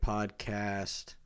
Podcast